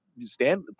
stand